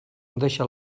deixa